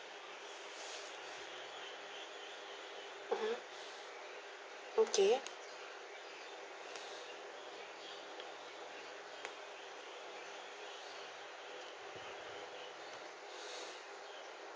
(uh huh) okay